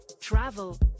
travel